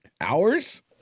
Hours